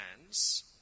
hands